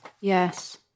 Yes